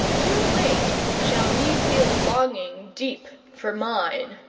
too late shall ye feel longing deep for mine.